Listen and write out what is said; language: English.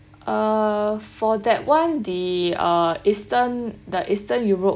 uh for that [one] the uh eastern the eastern europe